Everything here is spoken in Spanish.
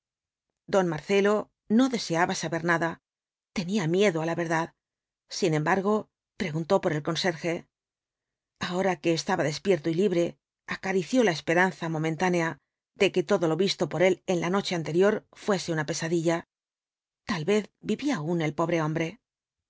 don marcelo no deseaba saber nada tenía miedo á la verdad sin embargo preguntó por el conserje ahora que estaba despierto y libre acarició la esperanza momentánea de que todo lo visto por él en la noche anterior fuese una pesadilla tal vez vivía aún el pobre hombre